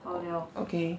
okay